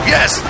Yes